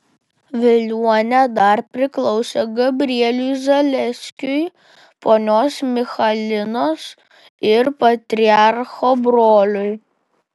veliuona dar priklausė gabrieliui zaleskiui ponios michalinos ir patriarcho broliui